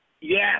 Yes